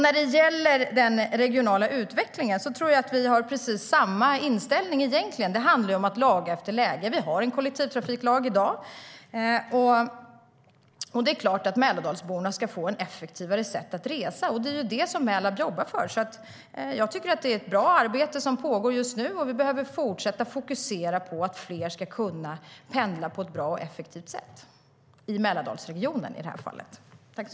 När det gäller den regionala utvecklingen tror jag att vi har precis samma inställning egentligen. Det handlar om att laga efter läge. Vi har en kollektivtrafiklag i dag. Det är klart att Mälardalsborna ska få ett effektivare sätt att resa. Det är ju det som Mälab jobbar för. Jag tycker att det är ett bra arbete som pågår just nu, och vi behöver fortsätta fokusera på att fler ska kunna pendla på ett bra och effektivt sätt, i det här fallet i Mälardalsregionen.